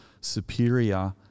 superior